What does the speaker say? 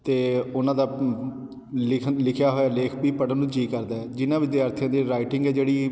ਅਤੇ ਉਹਨਾਂ ਦਾ ਲਿਖਣ ਲਿਖਿਆ ਹੋਇਆ ਲੇਖ ਵੀ ਪੜ੍ਹਨ ਨੂੰ ਜੀਅ ਕਰਦਾ ਜਿਹਨਾਂ ਵਿਦਿਆਰਥੀਆਂ ਦੀ ਰਾਈਟਿੰਗ ਹੈ ਜਿਹੜੀ